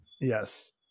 Yes